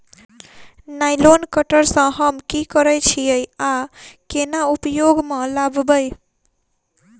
Nylon cutter सँ हम की करै छीयै आ केना उपयोग म लाबबै?